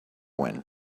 when